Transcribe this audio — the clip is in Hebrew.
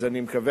אז אני מקווה,